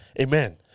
Amen